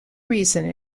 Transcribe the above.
reason